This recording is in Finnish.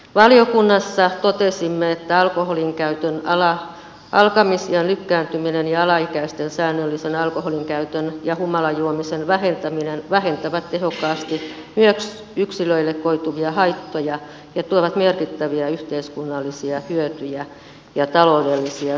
valiokunnassa totesimme että alkoholinkäytön alkamisiän lykkääntyminen ja alaikäisten säännöllisen alkoholinkäytön ja humalajuomisen vähentäminen vähentävät tehokkaasti myös yksilöille koituvia haittoja ja tuovat merkittäviä yhteiskunnallisia hyötyjä ja taloudellisia säästöjä